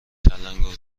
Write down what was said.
تلنگور